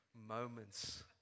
moments